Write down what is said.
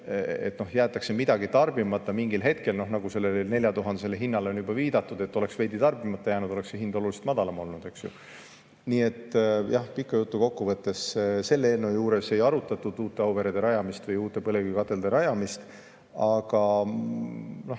et jäetakse midagi tarbimata mingil hetkel. Selle 4000[-eurose] hinna puhul on juba viidatud, et oleks veidi tarbimata jäänud, oleks see hind oluliselt madalam olnud. Nii et jah, pikka juttu kokku võttes: selle eelnõuga seoses ei arutatud uute Auverede rajamist või uute põlevkivikatelde ehitamist. Aga